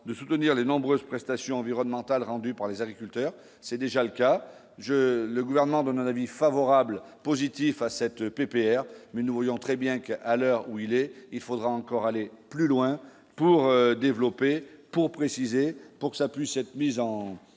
de soutenir les nombreuses prestations environnementales rendu par les agriculteurs, c'est déjà le cas, je le gouvernement donne un avis favorable positif à cette PPR mais nous voyons très bien qu'à l'heure où il est, il faudra encore aller plus loin pour développer. Pour préciser pour que ça puisse être mise en en